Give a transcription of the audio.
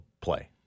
play